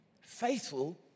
Faithful